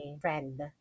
friend